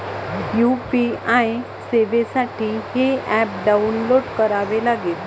UPI सेवेसाठी हे app download करावे लागेल